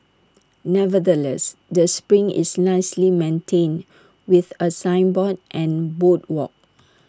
nevertheless the spring is nicely maintained with A signboard and boardwalk